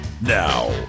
Now